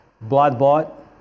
blood-bought